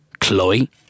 Chloe